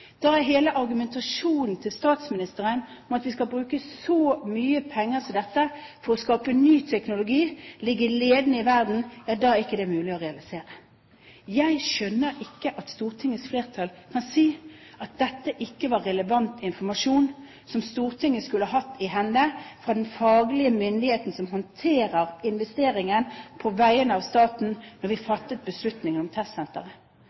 hele argumentasjonen til statsministeren om at vi skal bruke så mye penger som dette for å skape ny teknologi og være ledende i verden – det er ikke mulig å realisere. Jeg skjønner ikke at Stortingets flertall kan si at dette ikke var relevant informasjon som Stortinget skulle hatt i hende fra den faglige myndigheten som håndterer investeringen på vegne av staten, da vi fattet beslutningen om testsenteret.